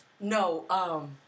No